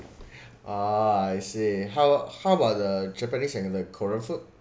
oo I see how how about the japanese and the korean food